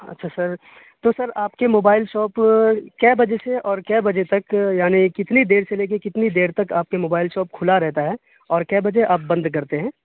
اچھا سر تو سر آپ کے موبائل شاپ کے بجے سے اور کے بجے تک یعنی کتنی دیر سے لے کے کتنی دیر تک آپ کے موبائل شاپ کھلا رہتا ہے اور کے بجے آپ بند کرتے ہیں